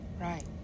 Right